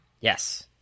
Yes